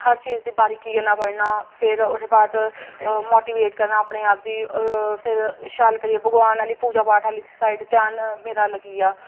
हर चीज़ दी बारिकी कन्नै पढ़ना फिर ओह्दे बाद मोटिवेट करना अपने आप दी फिर शैल करियै भगवान आह्ली पूजा पाठ आह्ली साइड ध्यान मेरा लग्गी आ